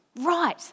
right